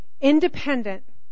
independent